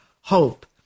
hope